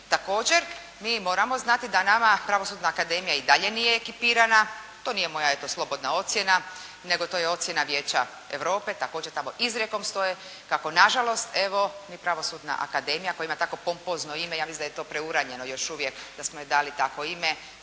Također, mi moramo znati da nama pravosudna akademija i dalje nije ekipirana, to nije eto moja slobodna ocjena, nego to je ocjena Vijeća Europe, također tamo izrekom stoje, kako na žalost evo ni pravosudna akademija koja ima tako pompozno ime, ja mislim da je to preuranjeno još uvijek, da smo joj dali ime